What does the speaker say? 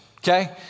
okay